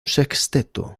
sexteto